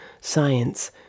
science